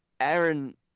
Aaron